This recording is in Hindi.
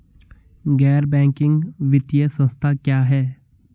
गैर बैंकिंग वित्तीय संस्था क्या है?